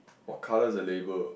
what colour is the label